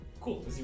Cool